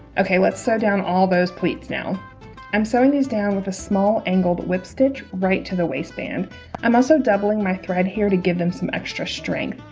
okay let's sew down all those pleats now i'm sewing these down with a small angled whip stitch right to the waistband i'm also doubling my thread here to give them some extra strength